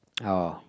oh